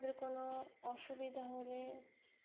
তাদের কোনো অসুবিধা হলে